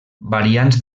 variants